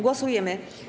Głosujemy.